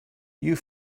you